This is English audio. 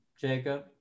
Jacob